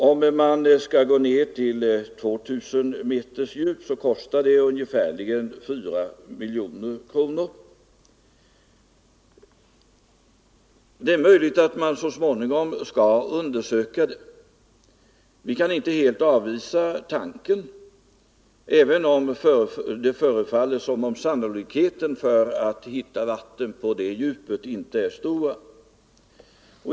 Om man skall gå ned till 2000 meters djup kostar det ungefär 4 miljoner kronor. Det är möjligt att man så småningom skall undersöka detta. Vi kan inte helt avvisa tanken, även om det förefaller som om sannolikheten för att hitta vatten på det djupet inte är stor.